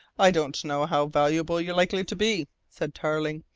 i don't know how valuable you're likely to be, said tarling,